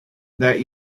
that